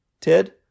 Ted